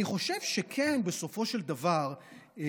אני כן חושב שבסופו של דבר בגופים